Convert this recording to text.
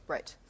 Right